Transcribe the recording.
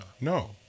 No